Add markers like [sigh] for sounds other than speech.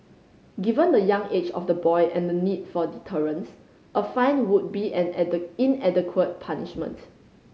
given the young age of the boy and the need for deterrence a fine would be an [unintelligible] inadequate punishment